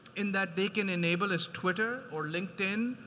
in that they can enable as twitter, or linkedin,